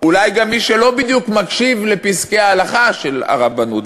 אולי גם מי שלא בדיוק מקשיב לפסקי ההלכה של הרבנות.